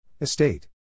Estate